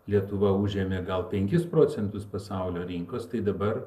lietuva užėmė gal penkis procentus pasaulio rinkos tai dabar